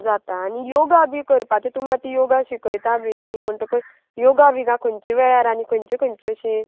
जाता आनी योगा बी करपाचे तुमी आतां योगा शिकयता बी न्ही म्हणटकच योगा बी गा खंयच्या वेळार आनी खंयचे खंयचे अशें